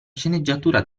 sceneggiatura